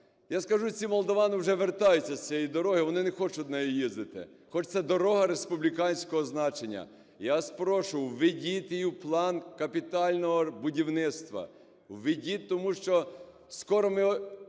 Я скажу, ці молдовани вже вертаються з цієї дороги, вони не хочуть нею їздити, хоч це дорога республіканського значення. Я вас прошу, введіть її в план капітального будівництва. Введіть, тому що скоро ми,